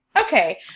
Okay